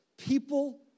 people